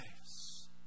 lives